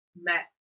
met